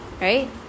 right